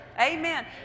Amen